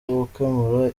gukemura